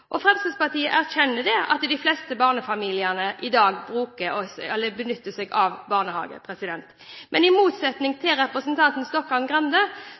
av Fremskrittspartiet. Fremskrittspartiet erkjenner at de fleste barnefamiliene i dag benytter seg av barnehager. Men i motsetning til representanten